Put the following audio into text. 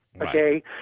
okay